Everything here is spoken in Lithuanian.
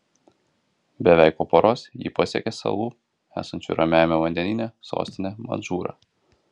beveik po paros jie pasiekė salų esančių ramiajame vandenyne sostinę madžūrą